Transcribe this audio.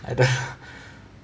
I don't